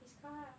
his car